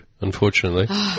unfortunately